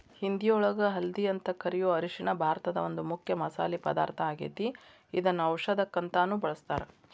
ಹಿಂದಿಯೊಳಗ ಹಲ್ದಿ ಅಂತ ಕರಿಯೋ ಅರಿಶಿನ ಭಾರತದ ಒಂದು ಮುಖ್ಯ ಮಸಾಲಿ ಪದಾರ್ಥ ಆಗೇತಿ, ಇದನ್ನ ಔಷದಕ್ಕಂತಾನು ಬಳಸ್ತಾರ